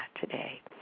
today